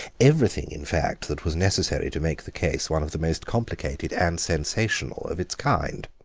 everything in fact that was necessary to make the case one of the most complicated and sensational of its kind.